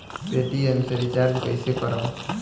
Paytm से recharge कईसे करम?